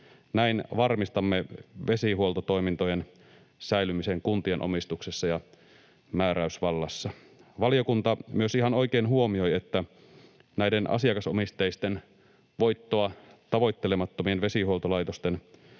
Näin varmistamme vesihuoltotoimintojen säilymisen kuntien omistuksessa ja määräysvallassa. Valiokunta myös ihan oikein huomioi, että näiden asiakas-omisteisten, voittoa tavoittelemattomien vesihuoltolaitosten,